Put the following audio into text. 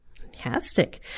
Fantastic